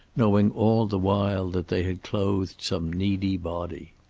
knowing all the while that they had clothed some needy body.